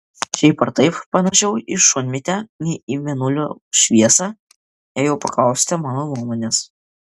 šiaip ar taip panašiau į šunmėtę nei į mėnulio šviesą jei jau paklausite mano nuomonės